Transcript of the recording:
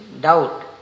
doubt